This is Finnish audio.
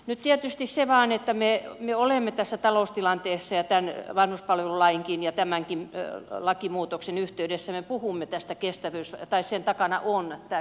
nyt tietysti on vain se että me olemme tässä taloustilanteessa ja tämän vanhuspalvelulain ja tämäkin kieltolakimuutoksen yhteydessä puhumme tästä kestävyys tämänkin lakimuutoksen takana on kestävyysvaje